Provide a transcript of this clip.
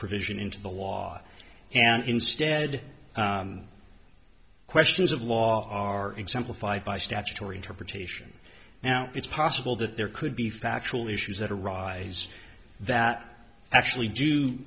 provision into the law and instead questions of law are exemplified by statutory interpretation now it's possible that there could be factual issues that arise that actually